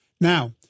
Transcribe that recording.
Now